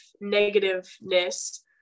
negativeness